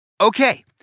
Okay